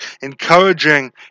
encouraging